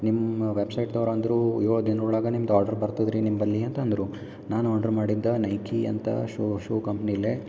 ನಿಮ್ಮ ವೆಬ್ಸೈಟ್ದವ್ರಂದರು ಏಳು ದಿನ ಒಳಗೆ ನಿಮ್ದು ಆರ್ಡ್ರ್ ಬರ್ತದ ರೀ ನಿಂಬಲ್ಲಿ ಅಂತಂದರು ನಾನು ಆರ್ಡ್ರು ಮಾಡಿದ್ದೆ ನೈಕಿ ಅಂತ ಶೂ ಶೂ ಕಂಪ್ನಿಲೇ